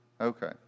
Okay